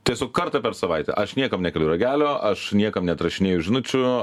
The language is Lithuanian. tiesiog kartą per savaitę aš niekam nekeliu ragelio aš niekam neatrašinėju žinučių